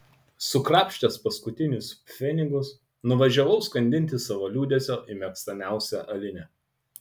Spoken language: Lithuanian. sukrapštęs paskutinius pfenigus nuvažiavau skandinti savo liūdesio į mėgstamiausią alinę